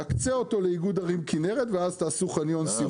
נקצה אותו לאיגוד ערים כנרת ואז תעשו חניון סירות.